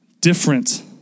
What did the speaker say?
different